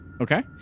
Okay